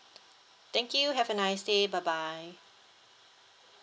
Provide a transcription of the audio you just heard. thank you have a nice day bye bye